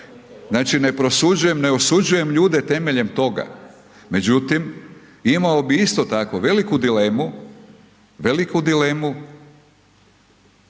Znači ne prosuđujem, ne osuđujem ljude temeljem toga, međutim, imao bih isto tako, veliku dilemu, veliku dilemu